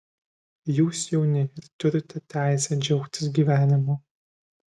jūs jauni ir turite teisę džiaugtis gyvenimu